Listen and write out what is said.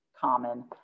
common